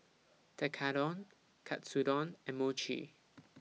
Tekkadon Katsudon and Mochi